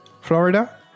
Florida